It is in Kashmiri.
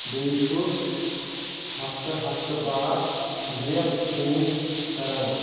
بیٚیہِ چھُس ہفتہٕ ہفتہٕ باد مُبلیل چینج کران